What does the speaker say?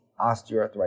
osteoarthritis